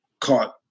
caught